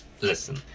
Listen